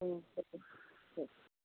ம் சரி ஓகே சரி